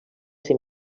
ser